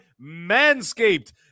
manscaped